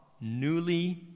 newly